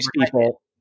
people